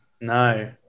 No